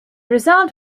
result